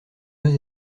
deux